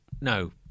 No